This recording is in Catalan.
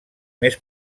més